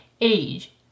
Age